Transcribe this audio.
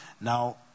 Now